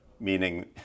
meaning